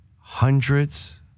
hundreds